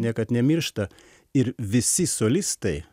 niekad nemiršta ir visi solistai